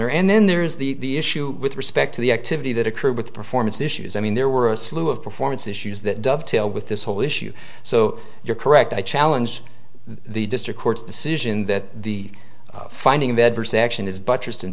honor and then there is the issue with respect to the activity that occurred with performance issues i mean there were a slew of performance issues that dovetail with this whole issue so you're correct i challenge the district court's decision that the finding of adverse action is buttressed